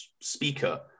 speaker